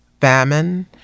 famine